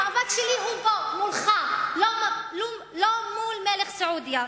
המאבק שלי הוא פה, מולך, לא מול מלך סעודיה.